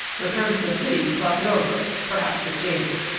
returned to the city to talk it over, perhaps with gaines.